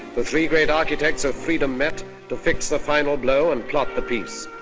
the three great architects of freedom met to fix the final blow and plot the piece.